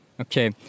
Okay